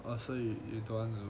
oh oh so you don't want